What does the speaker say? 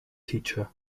teacher